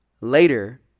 later